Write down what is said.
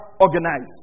organized